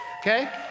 Okay